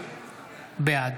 בעד